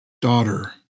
Daughter